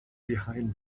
behind